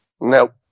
Nope